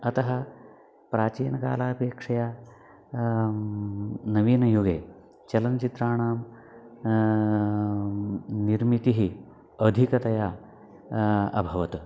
अतः प्राचीनकालापेक्षया नवीनयुगे चलनचित्राणां निर्मितिः अधिकतया अभवत्